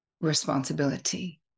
responsibility